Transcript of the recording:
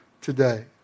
today